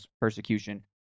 persecution